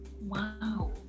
Wow